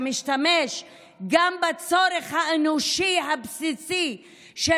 שמשתמש גם בצורך האנושי הבסיסי של